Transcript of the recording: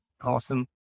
awesome